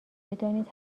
بدانید